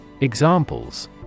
Examples